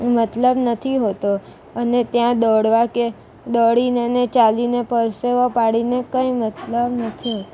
મતલબ નથી હોતો અને ત્યાં દોડવા કે દોડીને અને ચાલીને પરસેવો પાડીને કંઈ મતલબ નથી હોતો